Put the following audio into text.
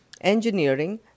engineering